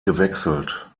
gewechselt